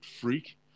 freak